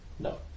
No